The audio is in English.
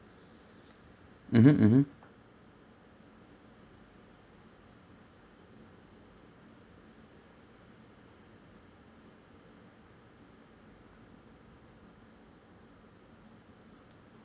mmhmm mmhmm